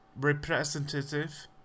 representative